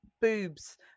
boobs